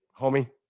homie